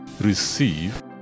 receive